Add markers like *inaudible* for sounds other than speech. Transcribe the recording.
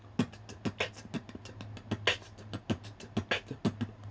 *noise*